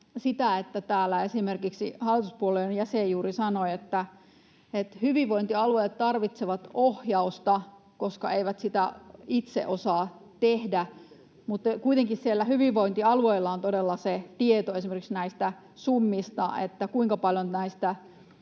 että täällä esimerkiksi hallituspuolueen jäsen juuri sanoi, että hyvinvointialueet tarvitsevat ohjausta, koska eivät sitä itse osaa tehdä. Mutta kuitenkin siellä hyvinvointialueilla on todella se tieto esimerkiksi näistä summista, siitä, kuinka paljon tästä